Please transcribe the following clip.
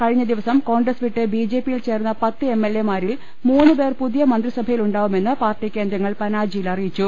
കഴിഞ്ഞ ദി വസം കോൺഗ്രസ് വിട്ട് ബിജെപിയിൽ ചേർന്ന് പത്ത് എംഎൽഎമാരിൽ മൂന്ന് പേർ പുതിയ മന്ത്രിസഭയിലുണ്ടാവുമെന്ന് പാർട്ടി കേന്ദ്രങ്ങൾ പനാജിയിൽ അറിയിച്ചു